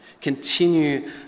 Continue